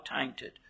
tainted